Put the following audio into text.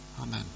Amen